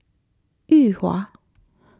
Yuhua